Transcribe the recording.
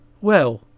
Well